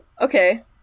Okay